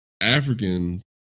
Africans